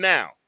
Now